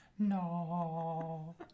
No